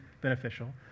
beneficial